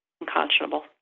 unconscionable